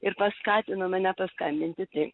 ir paskatino mane paskambinti tai